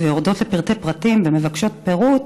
ויורדות לפרטי פרטים ומבקשות פירוט,